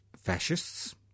fascists